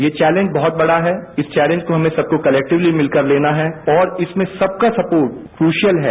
यह चौलेंज बहुत बड़ा है इस चौलेंज को हम सबको कलैक्टिवलीमिलकर लेना है और इसमें सबका सपोर्ट क्रूशियल है